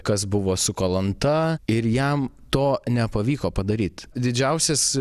kas buvo su kalanta ir jam to nepavyko padaryt didžiausias